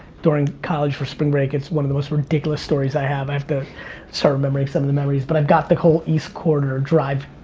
during college for spring break. it's one of the most ridiculous stories i have. i have to start remembering some of the memories. but i got the whole east corridor drive,